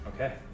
Okay